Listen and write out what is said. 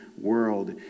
world